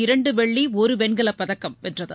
இரண்டு வெள்ளி ஒரு வெண்கலப் பதக்கம் வென்றது